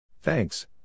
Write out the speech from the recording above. Thanks